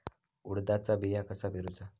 उडदाचा बिया कसा पेरूचा?